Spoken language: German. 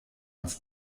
ans